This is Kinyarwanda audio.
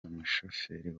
umushoferi